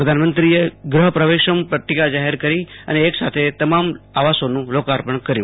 પ્રધાનમંત્રીએ ગૃફ પ્રવેશમ્ પદ્દિકા જાહેર કરી અને એક સાથે તમામ આવાસોનું લોકાર્પણ કર્યું